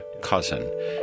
Cousin